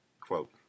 Quote